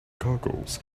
goggles